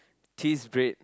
cheese grate